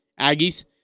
Aggies